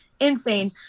insane